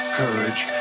courage